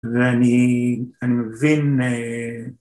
‫ואני מבין...